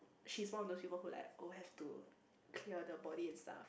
she is one of the human who like oh have to clear the body and stuff